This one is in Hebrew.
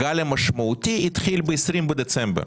הגל המשמעותי התחיל ב-20 בדצמבר.